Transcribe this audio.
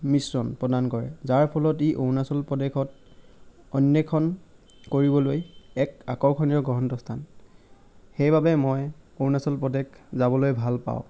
মিশ্ৰণ প্ৰদান কৰে যাৰ ফলত ই অৰুণাচল প্ৰদেশত অন্বেষণ কৰিবলৈ এক আকৰ্ষণীয় গহন্ত স্থান সেইবাবে মই অৰুণাচল প্ৰদেশ যাবলৈ ভাল পাওঁ